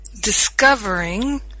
discovering